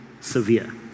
severe